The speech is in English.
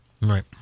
Right